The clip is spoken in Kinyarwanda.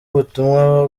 ubutumwa